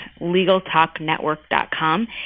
LegalTalkNetwork.com